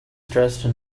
dressed